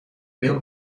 bill